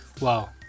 wow